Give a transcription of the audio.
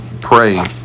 pray